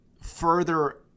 further